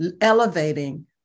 elevating